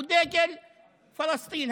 הוא דגל פלסטין,